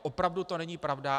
Opravdu to není pravda.